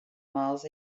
miles